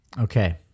Okay